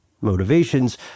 motivations